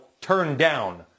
turned-down